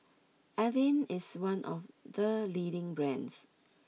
Avene is one of the leading brands